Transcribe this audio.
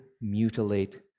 mutilate